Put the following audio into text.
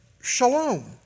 shalom